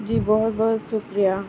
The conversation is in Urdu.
جی بہت بہت شکریہ